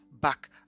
back